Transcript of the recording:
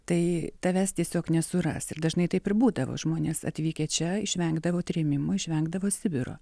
tai tavęs tiesiog nesuras ir dažnai taip ir būdavo žmonės atvykę čia išvengdavo trėmimų išvengdavo sibiro